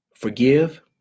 Forgive